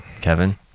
Kevin